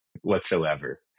whatsoever